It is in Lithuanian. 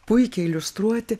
puikiai iliustruoti